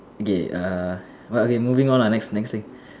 okay err moving on ah next thing